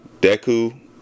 Deku